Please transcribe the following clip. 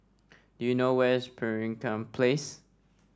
do you know where is Pemimpin Place